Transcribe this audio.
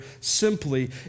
simply